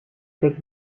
big